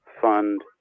fund